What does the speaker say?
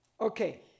Okay